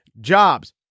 jobs